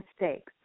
mistakes